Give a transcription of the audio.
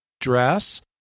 dress